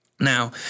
Now